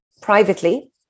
privately